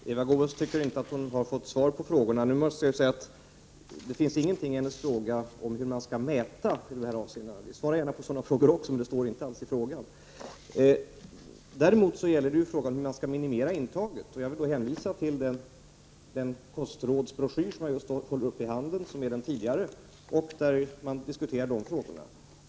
Herr talman! Eva Goés tycker inte att hon har fått svar på frågorna. Det finns emellertid ingenting i hennes fråga om hur man skall mäta vid en analys. Jag svarar gärna på sådant också, men det står inte alls i frågan. Däremot gällde frågan hur man skall minimera intaget. Jag vill då hänvisa till den kostrådsbroschyr som jag nu håller upp, där sådana frågor diskuteras.